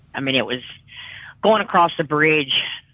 i mean, it was going across the bridge,